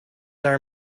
are